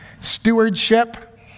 Stewardship